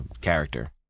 character